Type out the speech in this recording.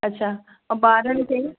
अछा ऐं ॿारनि खे